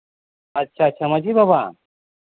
ᱟᱪᱪᱷᱟ ᱟᱪᱪᱷᱟ ᱢᱟᱺᱡᱷᱤ ᱵᱟᱵᱟ